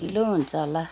ढिलो हुन्छ होला